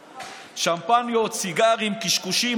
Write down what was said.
שמפניות, סיגרים, קשקושים.